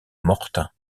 mortain